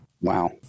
Wow